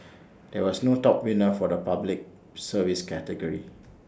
there was no top winner for the Public Service category